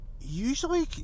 usually